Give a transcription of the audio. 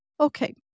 Okay